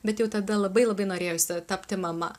bet jau tada labai labai norėjosi tapti mama